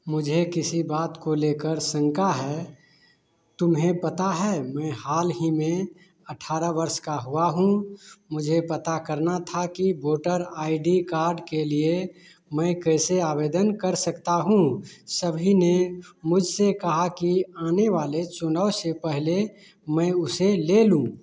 मुझे किसी बात को लेकर शंका है तुम्हें पता है मैं हाल ही में अठारह वर्ष का हुआ हूँ मुझे पता करना था कि वोटर आई डी कार्ड के लिए मैं कैसे आवेदन कर सकता हूँ सभी ने मुझसे कहा कि आने वाले चुनाव से पहले मैं उसे ले लूँ